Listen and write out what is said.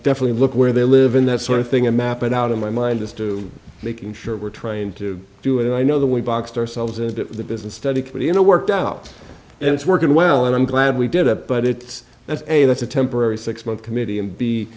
definitely look where they live in that sort of thing and map it out in my mind as to making sure we're trying to do it and i know the way boxed ourselves and the business study could you know worked out and it's working well and i'm glad we did it but it's that's a that's a temporary six month committee and b